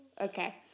Okay